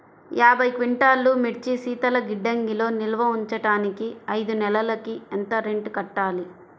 యాభై క్వింటాల్లు మిర్చి శీతల గిడ్డంగిలో నిల్వ ఉంచటానికి ఐదు నెలలకి ఎంత రెంట్ కట్టాలి?